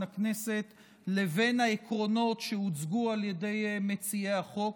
הכנסת לבין העקרונות שהוצגו על ידי מציעי החוק.